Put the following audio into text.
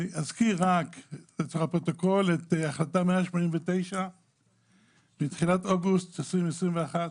אני אזכיר לצורך הפרוטוקול את החלטה מס' 189. בתחילת אוגוסט 2021,